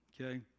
okay